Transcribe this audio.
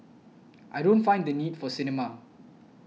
I don't find the need for a cinema